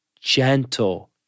gentle